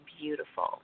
beautiful